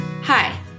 Hi